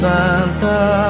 Santa